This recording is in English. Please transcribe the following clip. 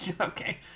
Okay